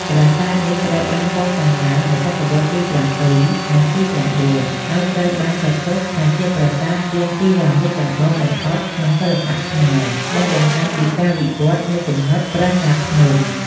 ប្រាសាទនេះត្រូវបានកសាងឡើងនៅសតវត្សរ៍ទី៧ និងទី៩ ហើយត្រូវបានចាត់ទុកថាជាប្រាសាទរាងពីរ៉ាមីតដំបូងបំផុតក្នុងសិល្បៈខ្មែរ ដែលបង្ហាញពីការវិវត្តន៍នៃគំនិត "ប្រាសាទភ្នំ"។